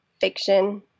fiction